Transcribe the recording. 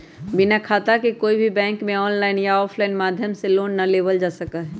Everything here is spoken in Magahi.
बिना खाता के कोई भी बैंक में आनलाइन या आफलाइन माध्यम से लोन ना लेबल जा सका हई